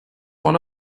one